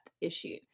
issue